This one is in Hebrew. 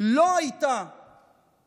לא הייתה